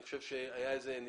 אני חושב שהיה איזשהו ניתוח,